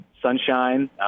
sunshine